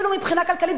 אפילו מבחינה כלכלית,